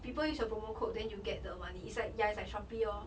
people use your promo code then you will get the money is like ya is like shopee orh